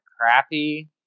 crappy